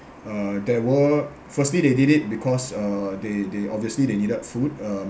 uh there were firstly they did it because uh they they obviously they needed food uh